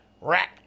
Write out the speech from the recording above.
rack